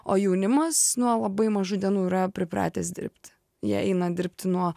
o jaunimas nuo labai mažų dienų yra pripratęs dirbti jie eina dirbti nuo